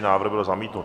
Návrh byl zamítnut.